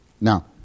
Now